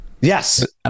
Yes